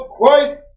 christ